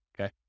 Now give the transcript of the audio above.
okay